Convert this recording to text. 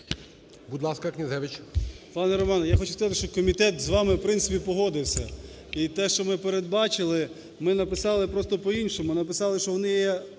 Будь ласка, Князевич.